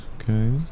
Okay